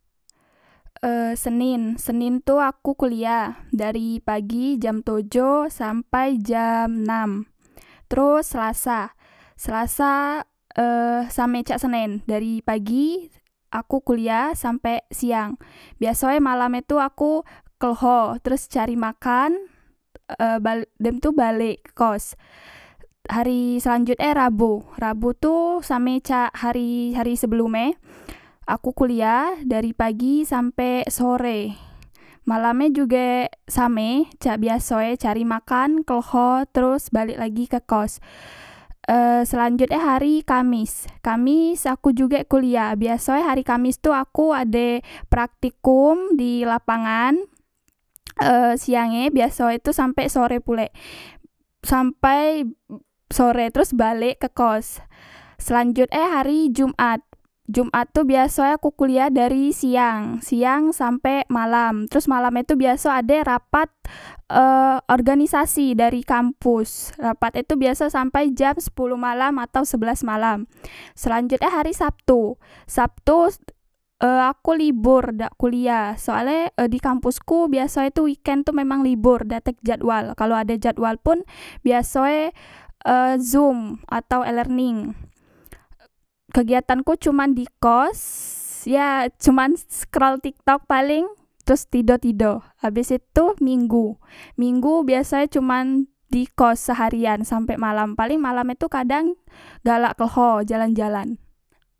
E senin senin tu aku kuliah dari pagi jam tojo sampai jam enam teros selasa selasa e same cak senen dari pagi aku kuliah sampek siang biaso malam e tu aku kleho teros cari makan e bal dem tu balek ke kos hari selanjut e rabo rabo tu same cak hari hari sebelom e aku kuliah dari pagi sampek sore malam e jugek same cak biasoe cari makan kleho teros balek lagi ke kos e selanjot e hari kamis kamis aku jugek kuliah biasoe hari kamis tu aku ade praktikum dilapangan e siange biasok e tu sampek sore pulek sampai sore terus balek ke kos selanjot e hari jumat jumat tu biaso aku kuliah dari siang siang sampek malam teros malam e tu biaso ade rapat e organisasi dari kampus rapat e tu biaso sampai jam sepolo malam atau sebelas malam selanjot e hari sabtu sabtu e aku libor dak kuliah soale e di kampusku biaso e tu weekend tu memang libor dak tek jadwal kalo ade jadwal pun biasoe e zoom atau elearning kegiatanku cuma di kos ya cuman scroll tiktok paling teros tido habis itu minggu minggu biaso e cuman dikos seharian sampek malam paling malam e tu kadang galak kleho paling jalan jalan